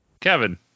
kevin